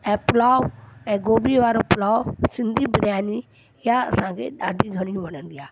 ऐं पुलाउ ऐं गोभी वारो पुलाउ सिंधी बिरयानी इहा असांखे ॾाढी घणी वणंदी आहे